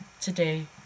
today